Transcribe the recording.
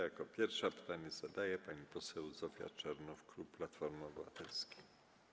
Jako pierwsza pytanie zadaje pani poseł Zofia Czernow, klub Platforma Obywatelska.